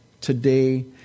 today